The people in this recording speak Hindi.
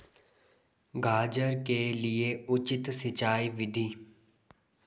गाजर के लिए उचित सिंचाई विधि?